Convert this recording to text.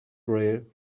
way